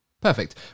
Perfect